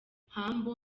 humble